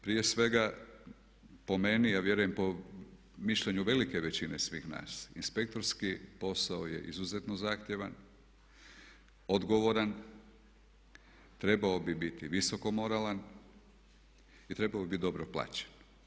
Prije svega po meni a vjerujem i po mišljenju velike većine svih nas inspektorski posao je izuzetno zahtjevan, odgovoran, trebao bi biti visoko moralan i trebao bi biti dobro plaćen.